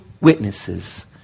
witnesses